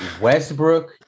Westbrook